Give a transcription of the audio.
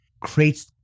creates